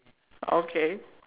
okay